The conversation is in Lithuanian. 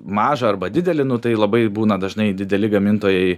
mažą arba didelį nu tai labai būna dažnai dideli gamintojai